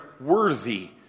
worthy